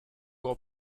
gros